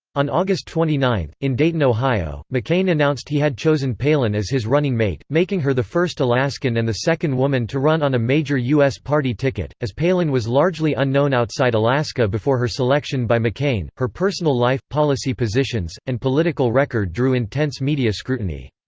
on august twenty nine, in dayton, ohio, mccain announced he had chosen palin as his running mate, making her the first alaskan and the second woman to run on a major u s. party ticket as palin was largely unknown outside alaska before her selection by mccain, her personal life, policy positions and political record drew intense media scrutiny.